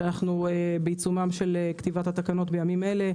אנחנו כותבים את התקנות בימים אלה.